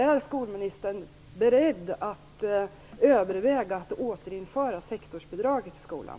Är skolministern beredd att överväga att återinföra sektorsbidraget till skolan?